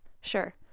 Sure